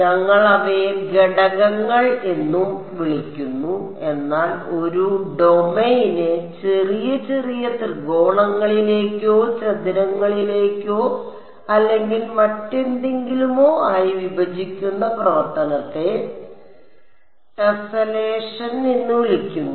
ഞങ്ങൾ അവയെ ഘടകങ്ങൾ എന്നും വിളിക്കുന്നു എന്നാൽ ഒരു ഡൊമെയ്നെ ചെറിയ ചെറിയ ത്രികോണങ്ങളിലേക്കോ ചതുരങ്ങളിലേക്കോ അല്ലെങ്കിൽ മറ്റെന്തെങ്കിലുമോ ആയി വിഭജിക്കുന്ന പ്രവർത്തനത്തെ ടെസലേഷൻ എന്ന് വിളിക്കുന്നു